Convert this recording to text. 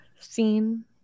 scene